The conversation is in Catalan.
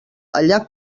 allà